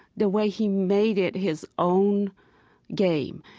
the way he made it his own game.